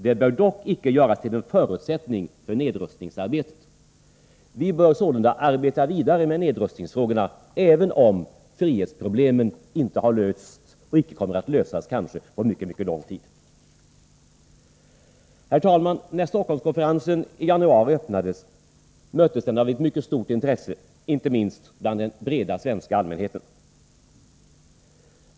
Det bör dock inte göras till en förutsättning för nedrustningsarbete.” Vi bör således arbeta vidare med nedrustningsfrågorna, även om frihetsproblemen inte har lösts och kanske icke kommer att lösas på mycket lång tid. Herr talman! När Stockholmskonferensen öppnades i januari möttes den av ett mycket stort intresse, inte minst bland den breda svenska allmänheten.